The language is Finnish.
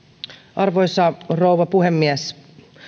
arvoisa rouva puhemies